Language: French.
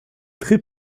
très